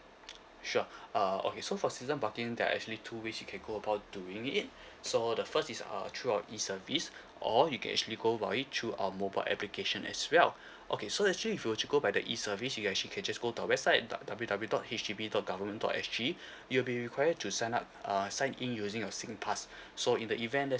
sure uh okay so for season parking there are actually two ways you can go about doing it so the first is uh through our E service or you can actually go about it through our mobile application as well okay so actually if you were to go by the E service you actually can just go to our website W W W dot H D B dot government dot S_G you will be required to sign up uh sign in using your singpass so in the event let say